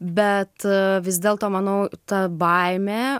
bet vis dėlto manau ta baimė